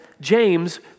James